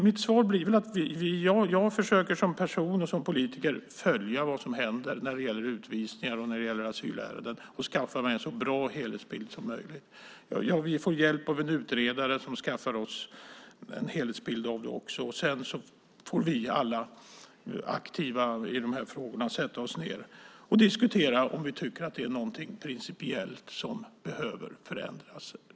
Mitt svar blir att jag som person och politiker försöker följa vad som händer när det gäller utvisningar och asylärenden. Jag försöker skaffa mig en så bra helhetsbild som möjligt. Vi får hjälp av en utredare som också skaffar oss en helhetsbild av det. Sedan får vi alla som är aktiva i de här frågorna sätta oss ned och diskutera om vi tycker att det är någonting principiellt som behöver förändras.